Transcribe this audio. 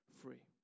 free